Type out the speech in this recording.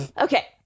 Okay